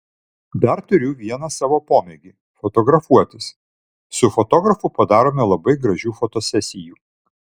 dar turiu vieną savo pomėgį fotografuotis su fotografu padarome labai gražių fotosesijų